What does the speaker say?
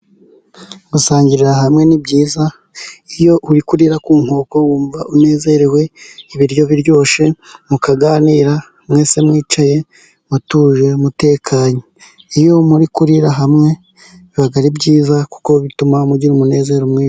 Gusangirira hamwe ni byiza, iyo uri kurira ku nkoko wumva unezerewe, ibiryo biryoshye mukaganira mwese mwicaye mutuje mutakanye, iyo muri kurira hamwe biba ari byiza kuko bituma mugira umunezero mwiza.